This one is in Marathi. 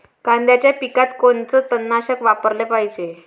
कांद्याच्या पिकात कोनचं तननाशक वापराले पायजे?